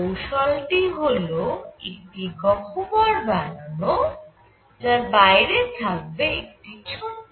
কৌশলটি হল একটি গহ্বর বানানো যার বাইরে থাকবে একটি ছোট ছিদ্র